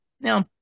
now